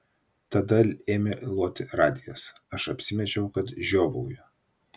tada ėmė loti radijas aš apsimečiau kad žiovauju